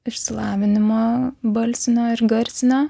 išsilavinimo balsinio ir garsinio